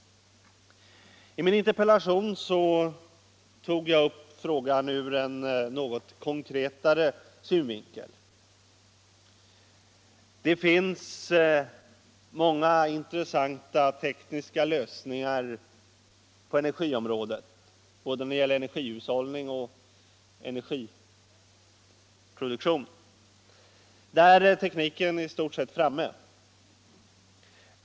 I min interpellation tog jag upp frågan ur en något konkretare synvinkel. Det finns många intressanta tekniska lösningar på energiområdet. Det gäller både energihushållning och energiproduktion, där tekniken i stort sett är framme.